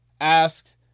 asked